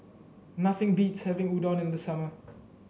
nothing beats having Udon in the summer